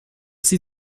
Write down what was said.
sie